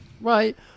Right